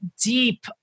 deep